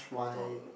four dollar